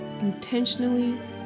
Intentionally